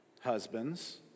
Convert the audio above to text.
Husbands